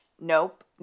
nope